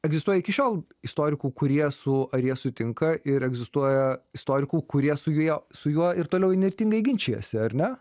egzistuoja iki šiol istorikų kurie su ar jie sutinka ir egzistuoja istorikų kurie su juo su juo ir toliau įnirtingai ginčijasi ar ne